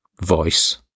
voice